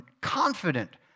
confident